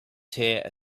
tear